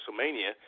WrestleMania